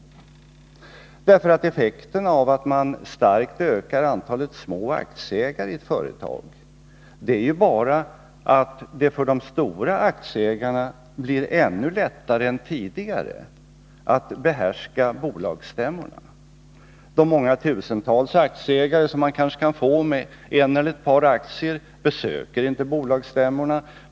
Effekten av att man starkt ökar antalet små aktieägare i ett företag är bara att det för de stora aktieägarna blir ännu lättare än tidigare att behärska bolagsstämmorna. De många tusentals aktieägarna med en eller ett par aktier besöker inte bolagsstämmorna.